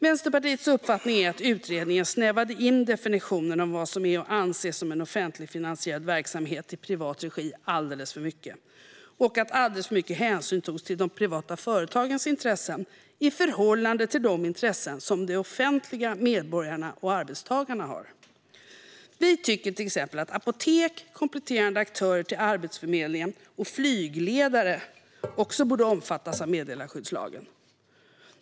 Vänsterpartiets uppfattning är att utredningen snävade in definitionen av vad som är att anse som en offentligt finansierad verksamhet i privat regi alldeles för mycket och att alldeles för mycket hänsyns togs till de privata företagens intressen i förhållande till de intressen som det offentliga, medborgarna och arbetstagarna har. Vi tycker till exempel att också apotek, kompletterande aktörer till Arbetsförmedlingen och flygledare borde omfattas av meddelarskyddslagen.